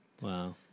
Wow